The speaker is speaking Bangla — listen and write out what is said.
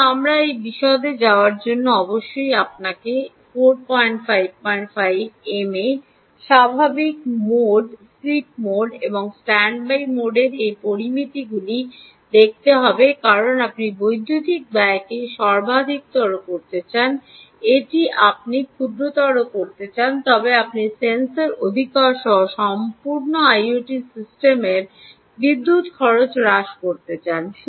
তবে আমরা সেই বিশদে যাওয়ার আগে অবশ্যই আপনাকে অবশ্যই এই 455 এমএর স্বাভাবিক মোড স্লিপ মোড এবং স্ট্যান্ডবাই মোডের এই পরামিতিগুলি দেখতে হবে কারণ আপনি বিদ্যুতের ব্যয়কে সর্বাধিকতর করতে চান এটি আপনি ক্ষুদ্রতর করতে চান তবে আপনি সেন্সর অধিকার সহ সম্পূর্ণ আইওটি সিস্টেমের বিদ্যুৎ খরচ হ্রাস করতে চান